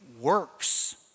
works